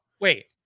Wait